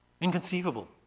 Inconceivable